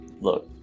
look